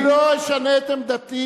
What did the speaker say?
אני לא אשנה את עמדתי.